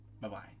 bye-bye